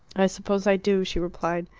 i suppose i do, she replied,